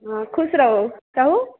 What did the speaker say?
हँ खुश रहू कहू